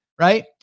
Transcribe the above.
right